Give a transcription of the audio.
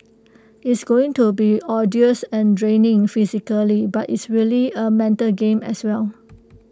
it's going to be arduous and draining physically but it's really A mental game as well